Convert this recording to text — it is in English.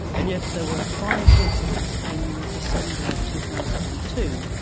and yet there were five incidents in december two thousand and two.